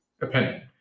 opinion